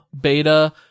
beta